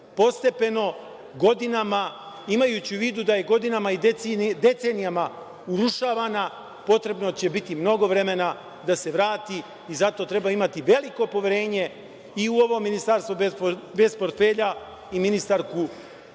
postepeno, godinama, imajući u vidu da je godinama i decenijama urušavana, potrebno će biti mnogo vremena da se vrati i zato treba imati veliko poverenje i u ovo Ministarstvo bez portfelja i ministarku